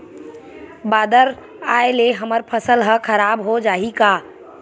बादर आय ले हमर फसल ह खराब हो जाहि का?